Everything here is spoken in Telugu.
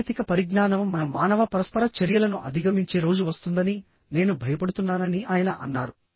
సాంకేతిక పరిజ్ఞానం మన మానవ పరస్పర చర్యలను అధిగమించే రోజు వస్తుందని నేను భయపడుతున్నానని ఆయన అన్నారు